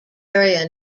area